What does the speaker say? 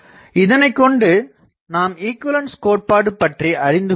இதனைக் கொண்டு நாம் ஈகுவலன்ஸ் கோட்பாடு பற்றி அறிந்து கொள்ளலாம்